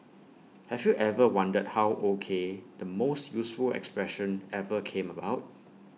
have you ever wondered how O K the most useful expression ever came about